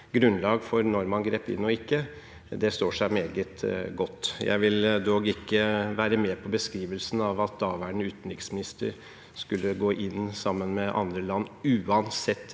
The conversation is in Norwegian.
grunnlag for når man grep inn og ikke, står seg meget godt. Jeg vil dog ikke være med på beskrivelsen av at daværende utenriksminister skulle gå inn sammen med andre land «uansett pris».